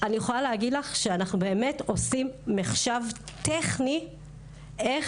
אני יכולה להגיד לך שאנחנו באמת עושים מחשב טכני איך